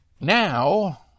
now